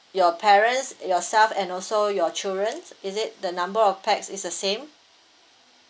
your parents yourself and also your children is it the number of pax is the same